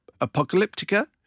apocalyptica